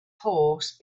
horse